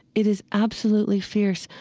it is absolutely fierce.